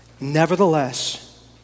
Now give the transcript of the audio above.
Nevertheless